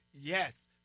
yes